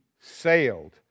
sailed